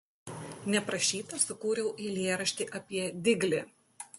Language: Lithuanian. neprašyta sukūriau eilėraštį apie diglį